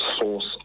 source